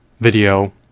video